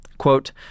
Quote